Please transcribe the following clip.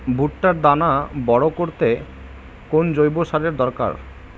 ভুট্টার দানা বড় করতে কোন জৈব সারের দরকার?